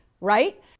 right